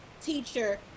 teacher